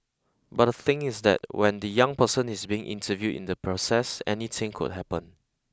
but the thing is that when the young person is being interviewed in the process anything could happen